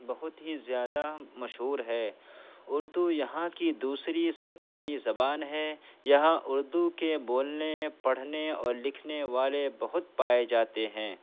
بہت ہی زیادہ مشہور ہے اردو یہاں کی دوسری سرکاری زبان ہے یہاں اردو کے بولنے پڑھنے اور لکھنے والے بہت پائے جاتے ہیں